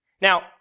Now